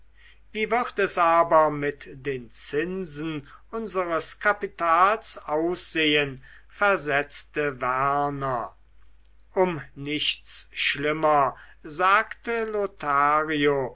wie wird es aber mit den zinsen unseres kapitals aussehen versetzte werner um nichts schlimmer sagte lothario